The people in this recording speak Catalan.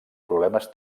problemes